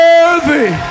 Worthy